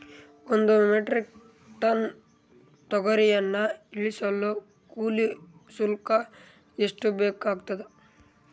ಒಂದು metric ton ತೊಗರಿಯನ್ನು ಇಳಿಸಲು ಕೂಲಿ ಶುಲ್ಕ ಎಷ್ಟು ಬೇಕಾಗತದಾ?